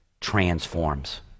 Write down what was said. transforms